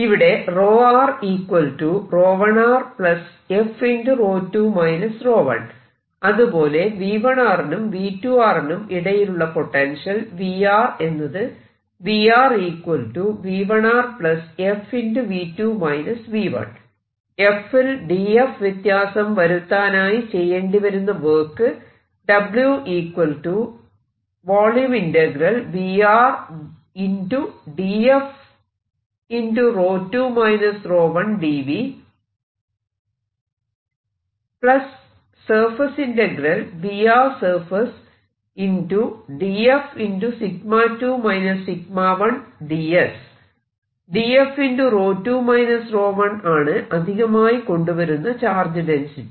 ഇവിടെ അതുപോലെ V1 നും V2 നും ഇടയിലുള്ള പൊട്ടൻഷ്യൽ V എന്നത് f ൽ df വ്യത്യാസം വരുത്താനായി ചെയ്യേണ്ടിവരുന്ന വർക്ക് df 𝜌2 𝜌1 ആണ് അധികമായി കൊണ്ട് വരുന്ന ചാർജ് ഡെൻസിറ്റി